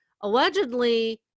allegedly